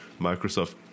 Microsoft